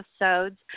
episodes